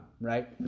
right